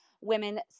Women